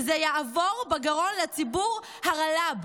שזה יעבור בגרון לציבור הרל"ב.